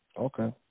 Okay